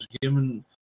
given